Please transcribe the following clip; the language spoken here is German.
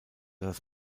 das